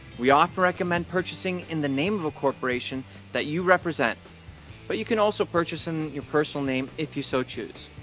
we often recommend purchasing in the name of a corporation that you represent but you can also purchase in your personal name if you so choose.